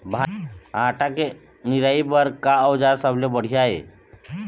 भांटा के निराई बर का औजार सबले बढ़िया ये?